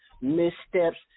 missteps